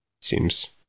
Seems